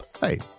Hey